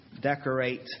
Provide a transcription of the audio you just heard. decorate